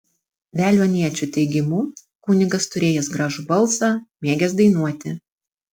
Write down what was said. veliuoniečių teigimu kunigas turėjęs gražų balsą mėgęs dainuoti